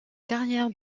carrière